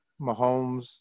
Mahomes